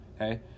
okay